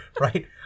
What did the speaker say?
Right